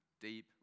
deep